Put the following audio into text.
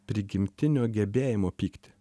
prigimtinio gebėjimo pykti